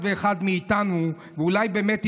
להם: בסדר,